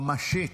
ממשית,